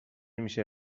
میشه